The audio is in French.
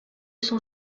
cent